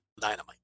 Dynamite